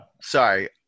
sorry